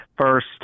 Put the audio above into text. first